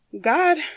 God